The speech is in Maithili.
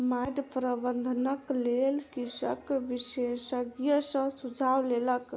माइट प्रबंधनक लेल कृषक विशेषज्ञ सॅ सुझाव लेलक